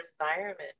environment